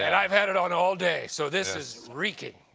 and i've had it on all day so this is wreaking.